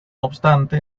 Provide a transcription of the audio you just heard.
obstante